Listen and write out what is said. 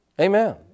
Amen